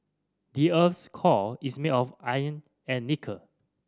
the earth's core is made of iron and nickel